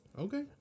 Okay